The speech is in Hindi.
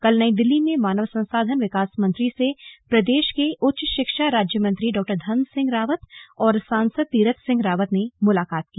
कल नई दिल्ली में मानव संसाधन विकास मंत्री से प्रदेश के उच्च शिक्षा राज्य मंत्री डॉ धन सिंह रावत और सांसद तीरथ सिंह रावत ने मुलाकात की